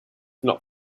not